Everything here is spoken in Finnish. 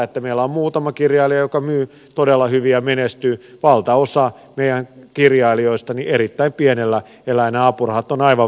meillä on muutama kirjailija joka myy todella hyvin ja menestyy valtaosa meidän kirjailijoista elää erittäin pienillä ansioilla ja nämä apurahat ovat aivan välttämättömiä